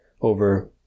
over